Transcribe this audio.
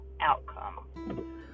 outcome